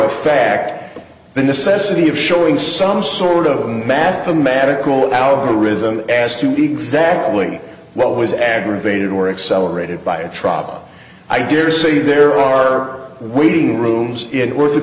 fact the necessity of showing some sort of mathematical algorithm as to exactly what was aggravated or accelerated by a trop i dare say there are waiting rooms it worth